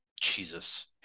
Jesus